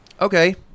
Okay